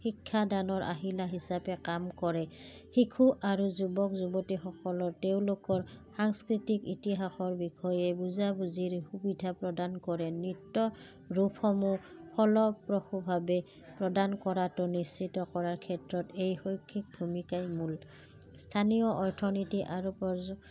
শিক্ষাদানৰ আহিলা হিচাপে কাম কৰে শিশু আৰু যুৱক যুৱতীসকলৰ তেওঁলোকৰ সাংস্কৃতিক ইতিহাসৰ বিষয়ে বুজাবুজিৰ সুবিধা প্ৰদান কৰে নৃত্য ৰূপসমূহ ফলপ্ৰসুভাৱে প্ৰদান কৰাটো নিশ্চিত কৰাৰ ক্ষেত্ৰত এই শৈক্ষিক ভূমিকাই মূল স্থানীয় অৰ্থনীতি আৰু